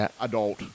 adult